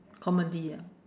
comedy ah